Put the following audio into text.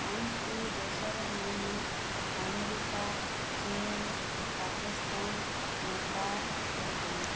ପାଞ୍ଚ୍ଟି ଦେଶର ନାମ ଆମେରିକା ଚୀନ ପାକିସ୍ତାନ ନେପାଳ ଭୂଟାନ